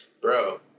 Bro